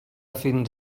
fins